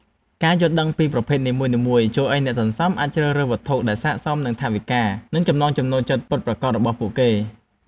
ការយល់ដឹងពីប្រភេទនីមួយៗជួយឱ្យអ្នកសន្សំអាចជ្រើសរើសវត្ថុដែលស័ក្តិសមនឹងថវិកា និងចំណង់ចំណូលចិត្តពិតប្រាកដរបស់ពួកគេ។